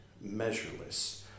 measureless